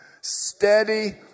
Steady